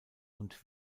und